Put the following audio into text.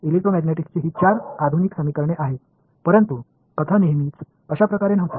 इलेक्ट्रोमॅग्नेटिक्सची ही चार आधुनिक समीकरणे आहेत परंतु कथा नेहमीच अशा प्रकारे नव्हती